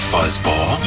Fuzzball